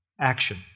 action